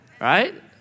Right